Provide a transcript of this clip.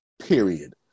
Period